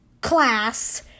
class